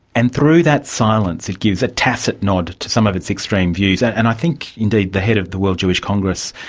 and through that silence it gives a tacit nod to some of its extreme views, and and i think indeed the head of the world jewish congress,